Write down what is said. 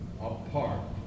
apart